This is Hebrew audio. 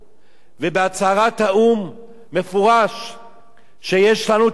ובהצהרת האו"ם מפורש שיש לנו הזכויות האלה.